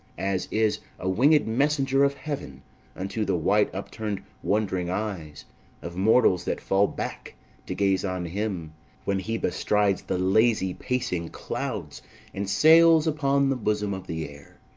as is a winged messenger of heaven unto the white-upturned wond'ring eyes of mortals that fall back to gaze on him when he bestrides the lazy-pacing clouds and sails upon the bosom of the air.